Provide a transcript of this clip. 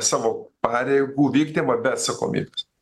savo pareigų vykdymą be atsakomybės